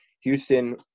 Houston